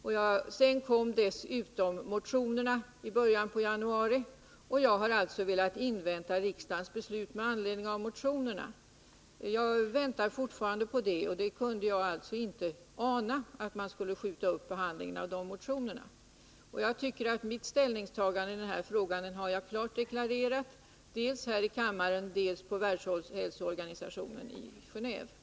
Sedan kom dessutom motionerna i början av januari, och jag har alltså velat invänta riksdagens beslut med anledning av motionerna. Jag väntar fortfarande på det, och jag kunde inte ana att man skulle skjuta upp behandlingen av motionerna. Jag har klart deklarerat mitt ställningstagande i den här frågan, dels här i kammaren, dels vid Världshälsoorganisationens generalförsamling i Gene